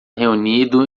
reunido